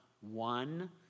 one